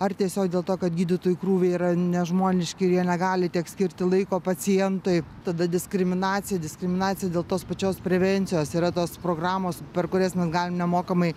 ar tiesiog dėl to kad gydytojų krūviai yra nežmoniški ir jie negali tiek skirti laiko pacientui tada diskriminacija diskriminacija dėl tos pačios prevencijos yra tos programos per kurias mes galim nemokamai